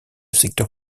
secteur